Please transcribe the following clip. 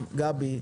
גבי,